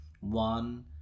one